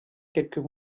quelques